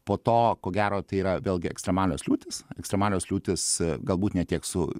po to ko gero tai yra vėlgi ekstremalios liūtys ekstremalios liūtys galbūt ne tiek su